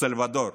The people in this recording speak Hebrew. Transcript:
סלבדור,